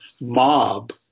mob